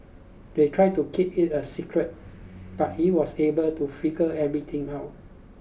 they tried to keep it a secret but he was able to figure everything out